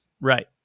Right